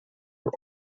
were